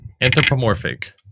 Anthropomorphic